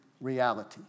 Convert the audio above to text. reality